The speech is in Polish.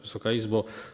Wysoka Izbo!